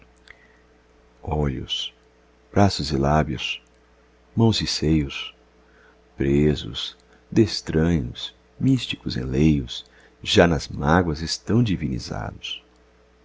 inaudito olhos braços e lábios mãos e seios presos d'estranhos místicos enleios já nas mágoas estão divinizados